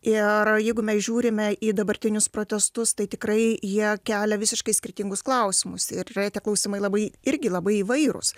ir jeigu mes žiūrime į dabartinius protestus tai tikrai jie kelia visiškai skirtingus klausimus ir tie klausimai labai irgi labai įvairūs